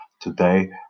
today